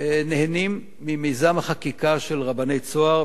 נהנים ממיזם החקיקה של רבני "צהר".